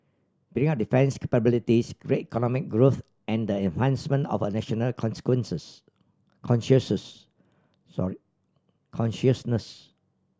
building up defence capabilities great economic growth and the enhancement of a national sorry consciousness